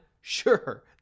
Sure